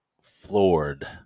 floored